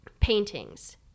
paintings